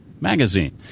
magazine